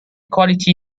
quality